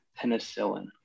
penicillin